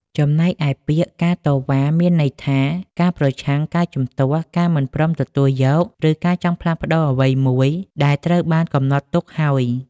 ចំំណែកឯពាក្យ ការតវ៉ា មានន័យថា ការប្រឆាំង ការជំទាស់ ការមិនព្រមទទួលយក ឬការចង់ផ្លាស់ប្តូរអ្វីដែលត្រូវបានកំណត់ទុកហើយ។